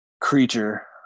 creature